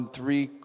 three